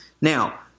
Now